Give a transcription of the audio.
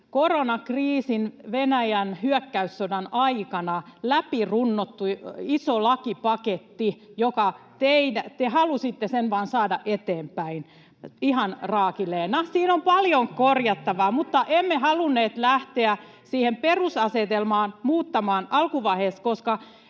koronakriisin ja Venäjän hyökkäyssodan aikana läpi runnottu iso lakipaketti, jonka te vain halusitte saada eteenpäin ihan raakileena. Siinä on paljon korjattavaa, mutta emme halunneet lähteä sitä perusasetelmaa muuttamaan alkuvaiheessa, koska